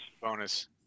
bonus